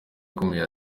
ikomeye